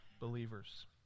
believers